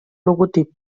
logotip